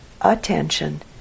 attention